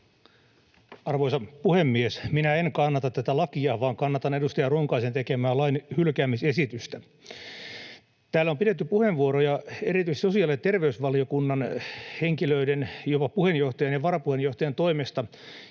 Arvoisa puhemies! Minä en kannata tätä lakia, vaan kannatan edustaja Ronkaisen tekemää lain hylkäämisesitystä. Täällä on pidetty erityisesti sosiaali- ja terveysvaliokunnan henkilöiden, jopa puheenjohtajan ja varapuheenjohtajan toimesta